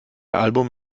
album